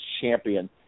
champion